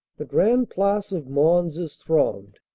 the grande place of mons is thronged.